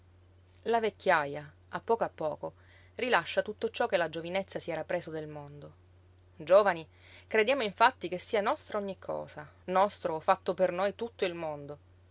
la vecchiaja a poco a poco rilascia tutto ciò che la giovinezza si era preso del mondo giovani crediamo infatti che sia nostra ogni cosa nostro o fatto per noi tutto il mondo